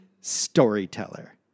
storyteller